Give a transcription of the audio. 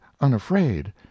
unafraid